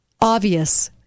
obvious